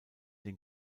den